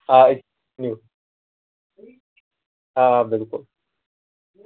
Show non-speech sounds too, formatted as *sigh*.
آ أسۍ *unintelligible* آ بِلکُل